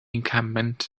encampment